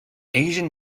asian